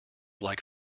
like